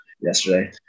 yesterday